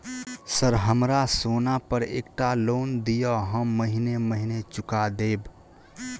Sir हमरा सोना पर एकटा लोन दिऽ हम महीने महीने चुका देब?